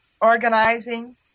organizing